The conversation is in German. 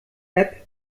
app